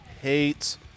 Hates